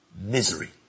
Misery